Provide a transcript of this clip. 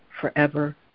forever